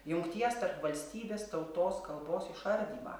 jungties tarp valstybės tautos kalbos išardymą